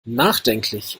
nachdenklich